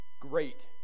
great